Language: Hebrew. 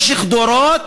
במשך דורות,